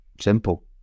Simple